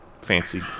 fancy